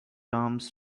arms